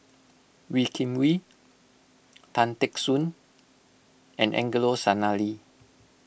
Wee Kim Wee Tan Teck Soon and Angelo Sanelli